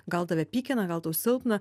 gal tave pykina gal tau silpna